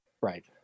Right